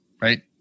right